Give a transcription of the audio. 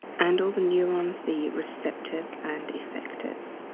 and all the neurons, the receptors and effectors.